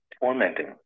tormenting